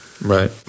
Right